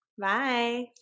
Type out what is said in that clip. bye